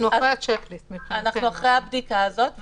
אנחנו כבר אחרי הבדיקה הזאת,